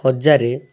ହଜାର